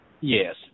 Yes